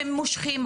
הם מושכים,